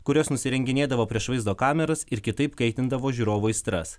kurios nusirenginėdavo prieš vaizdo kameras ir kitaip kaitindavo žiūrovų aistras